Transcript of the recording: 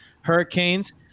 hurricanes